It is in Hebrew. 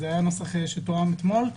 הוא תואם אתמול,